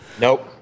Nope